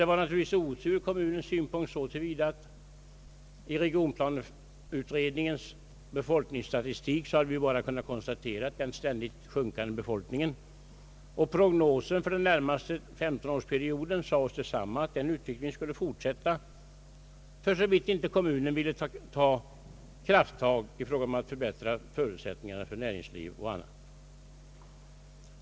Det var naturligtvis otur ur kommunens synpunkt så till vida att i regionsplaneutredningens befolkningsstatistik hade vi bara kunnat konstatera den ständigt sjunkande befolkningen, och prognosen för den närmaste 15-årsperioden sade oss detsamma — att den utvecklingen skulle fortsätta, för så vitt inte kommunen ville ta krafttag för att förbättra förutsättningarna för näringsliv och annat.